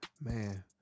Man